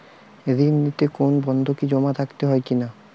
ঋণ নিতে কোনো বন্ধকি জমা রাখতে হয় কিনা?